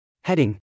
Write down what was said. Heading